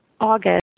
August